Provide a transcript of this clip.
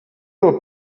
del